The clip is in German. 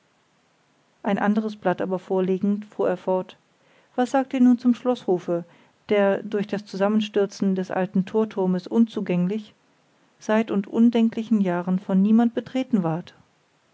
ein anderes blatt aber vorlegend fuhr er fort was sagt ihr nun zum schloßhofe der durch das zusammenstürzen des alten torturmes unzugänglich seit und undenklichen jahren von niemand betreten ward